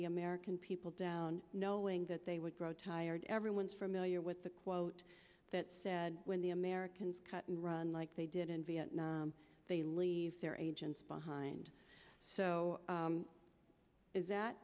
the american people down knowing that they would grow tired everyone's familiar with the quote that said when the americans cut and run like they did in vietnam they leave their agents behind so is that